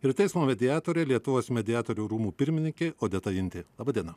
ir teismo mediatorė lietuvos mediatorių rūmų pirmininkė odeta intė laba diena